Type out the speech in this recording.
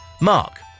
Mark